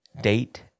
Date